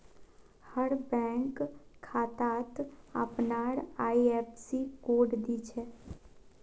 हर bank खातात अपनार IFSC code दि छे